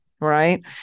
right